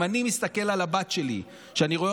אם אני מסתכל על הבת שלי כשאני רואה